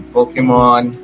Pokemon